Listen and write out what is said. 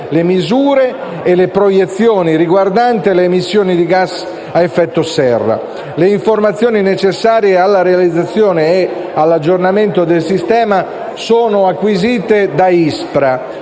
le misure e le proiezioni riguardanti le emissioni di gas a effetto serra. Le informazioni necessarie alla realizzazione e all'aggiornamento del sistema sono acquisite da ISPRA,